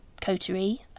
coterie